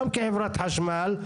גם כחברת חשמל,